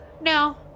No